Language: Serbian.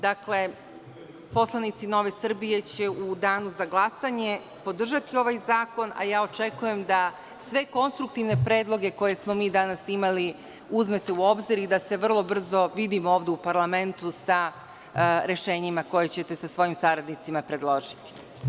Dakle, poslanici Nove Srbije će u Danu za glasanje podržati ovaj zakon, a očekujem da sve konstruktivne predloge koje smo mi danas imali uzmete u obzir i da se vrlo brzo vidimo ovde u parlamentu sa rešenjima koja ćete sa svojim saradnicima predložiti.